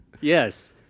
Yes